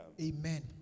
Amen